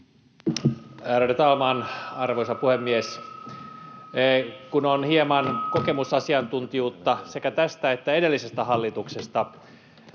arvoisa puhemies! Kun on hieman kokemusasiantuntijuutta sekä tästä että edellisestä hallituksesta,